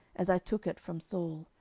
as i took it from saul,